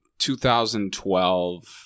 2012